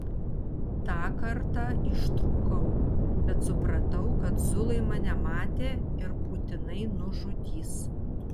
tą kartą ištrūkau bet supratau kad zulai mane matė ir būtinai nužudys